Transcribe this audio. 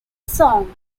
song